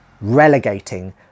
relegating